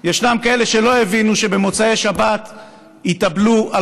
ישנם כאלה שלא הבינו שבמוצאי שבת התאבלו על